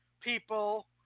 people